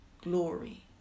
Glory